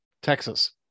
Texas